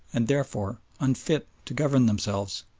and therefore unfit to govern themselves.